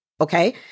Okay